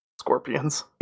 scorpions